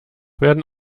werden